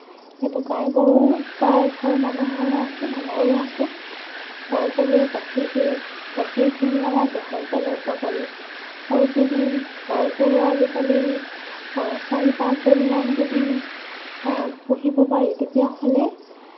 কিন্তু গাই গৰু প্ৰায় ঘৰৰ মানুহৰে আছে আমাৰো আছে গাই গৰুৱে গাখীৰ দিয়ে গাখীৰখিনি আমাৰ দেহৰ কাৰণে উপকাৰী আৰু যদি গাই গৰু আজিকালি চাৰি পাঁচজনীমান যদি পুহিব পাৰি তেতিয়াহ'লে